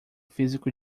físico